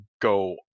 go